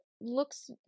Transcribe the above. looks